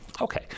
Okay